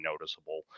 noticeable